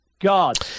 god